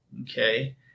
okay